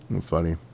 Funny